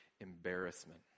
embarrassment